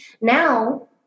Now